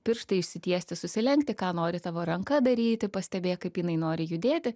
pirštai išsitiesti susilenkti ką nori tavo ranka daryti pastebėk kaip jinai nori judėti